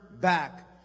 back